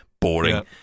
Boring